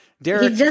Derek